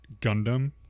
gundam